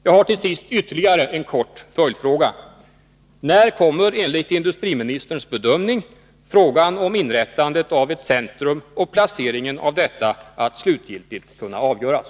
Jag har till sist ytterligare en kort följdfråga: När kommer, enligt industriministerns bedömning, frågan om inrättandet av ett centrum och placeringen av detta att slutgiltigt kunna avgöras?